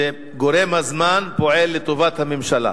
שגורם הזמן פועל לטובת הממשלה.